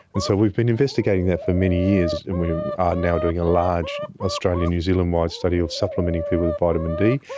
and so we've been investigating that for many years and we are now doing a large australian and new zealand-wide study of supplementing people with vitamin d,